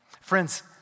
Friends